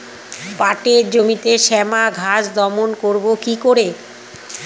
পাটের জমিতে শ্যামা ঘাস দমন করবো কি করে?